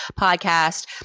podcast